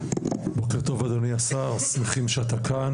בוקר טוב אדוני השר, שמחים שאתה כאן.